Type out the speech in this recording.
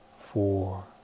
four